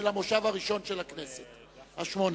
תום המושב הראשון של הכנסת השמונה-עשרה.